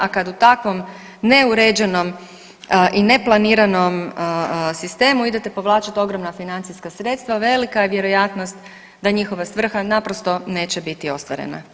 A kad u takvom neuređenom i neplaniranom sistemu idete povlačiti ogromna financijska sredstva velika je vjerojatnost da njihova svrha naprosto neće biti ostvarena.